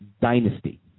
dynasty